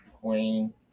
Queen